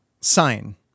Sign